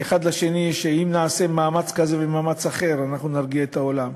לשני שאם נעשה מאמץ כזה ומאמץ אחר אנחנו נרגיע את העולם.